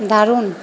দারুণ